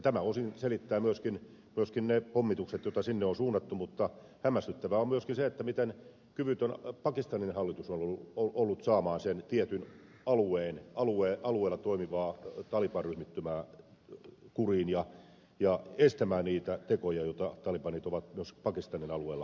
tämä osin selittää myöskin ne pommitukset joita sinne on suunnattu mutta hämmästyttävää on myöskin se miten kyvytön pakistanin hallitus on ollut saamaan sitä tiettyä alueella toimivaa taliban ryhmittymää kuriin ja estämään niitä tekoja joita talibanit ovat myös pakistanin alueella tehneet